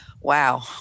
Wow